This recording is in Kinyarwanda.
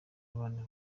abana